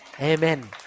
Amen